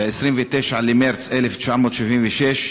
ב-29 במרס 1976,